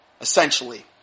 essentially